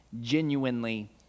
genuinely